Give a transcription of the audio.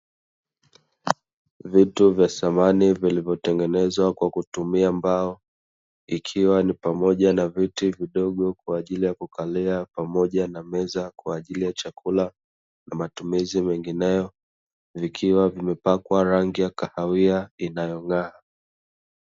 Vitu vya samani vilivyotengenezwa kwa kutumia mbao, ikiwa ni pamoja na viti vidogo kwa ajili ya kukalia pamoja na meza kwa ajili ya chakula na matumizi mengineyo, vikiwa vimepakwa rangi ya kahawia inayong'aa.